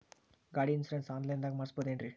ಗಾಡಿ insurance online ದಾಗ ಮಾಡಸ್ಬಹುದೆನ್ರಿ?